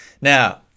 Now